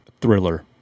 Thriller